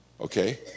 okay